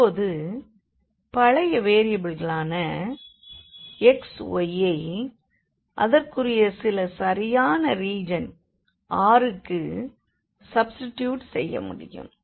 இப்போது பழைய வேரியபிளான x yயை அதற்குரிய சில சரியான ரீஜன் r க்கு சப்ஸ்டிடியூட் செய்ய முடியும்